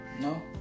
No